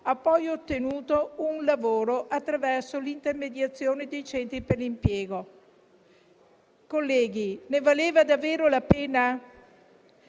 ha poi ottenuto un lavoro attraverso l'intermediazione dei centri per l'impiego. Colleghi, ne valeva davvero la pena?